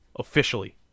officially